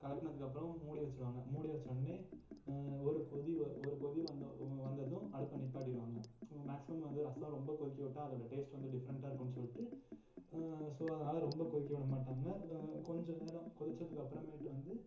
கலக்குனதுக்கப்புறோம் மூடி வச்சிருவாங்க மூடி வச்சோன்னே ஒரு கொதி ஓ ஒரு கொதி வந்த வந்ததும் அடுப்பை நிப்பாட்டிடுவாங்க அங்கே மேக்ஸிமம் வந்து ரசம் ரொம்ப கொதிக்க விட்டா அதோட டேஸ்ட் வந்து டிஃப்ரென்ட்டாருக்குனு சொல்லிட்டு ஸோ அதனால் ரொம்ப கொதிக்க விட மாட்டாங்க கொஞ்சம் நேரம் கொதிச்சதுக்கு அப்புறமேட்டு வந்து